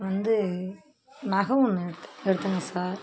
வந்து நகை ஒன்று எடுத் எடுத்தேங்க சார்